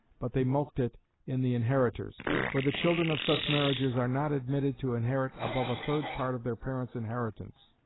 but they mulct it in the inheritors for the children of such marriages are not admitted to inherit above a third part of their parents' inheritance.